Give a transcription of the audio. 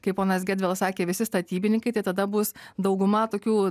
kai ponas gedvilas sakė visi statybininkai tai tada bus dauguma tokių